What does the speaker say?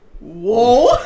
Whoa